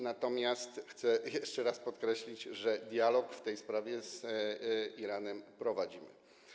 Natomiast chcę jeszcze raz podkreślić, że dialog w tej sprawie z Iranem prowadzimy.